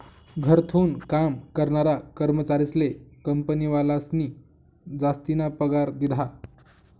घरथून काम करनारा कर्मचारीस्ले कंपनीवालास्नी जासतीना पगार दिधा